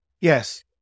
Yes